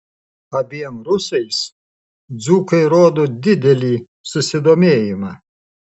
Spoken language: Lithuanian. abiem rusais dzūkai rodo didelį susidomėjimą